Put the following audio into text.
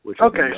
Okay